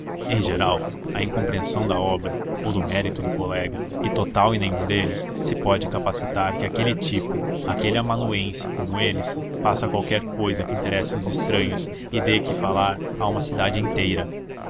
em geral a incompreensão da obra ou do mérito do colega é total e nenhum deles se pode capacitar que aquele tipo aquele amanuense como eles faça qualquer cousa que interesse os estranhos e dê que falar a uma cidade inteira